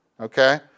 Okay